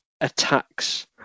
attacks